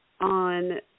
on